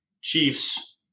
Chiefs